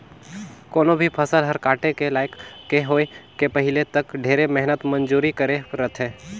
कोनो भी फसल हर काटे के लइक के होए के पहिले तक ढेरे मेहनत मंजूरी करे रथे